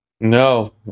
No